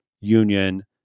union